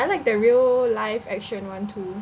I like the real live action one too